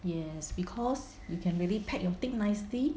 yes because you can really pack your thing nicely